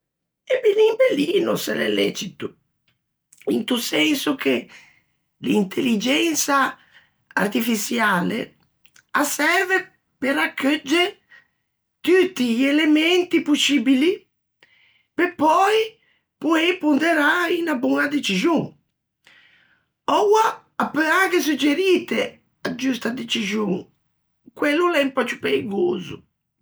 E bellin bellino se l'é lecito! Into senso che l'intelligensa artifiçiale a serve pe raccheugge tutti i elementi poscibili, pe pöi poei ponderâ unna boña decixon; oua a peu anche suggerîte a giusta decixon, quello o l'é un pö ciù peigoso.